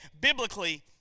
biblically